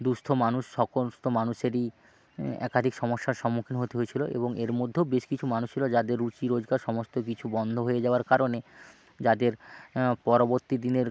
দুঃস্থ মানুষ সমস্ত মানুষেরই একাধিক সমস্যার সম্মুখীন হতে হয়েছিল এবং এর মধ্যেও বেশ কিছু মানুষ ছিল যাদের রুজি রোজগার সমস্ত কিছু বন্ধ হয়ে যাওয়ার কারণে যাদের পরবর্তী দিনের